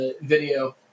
video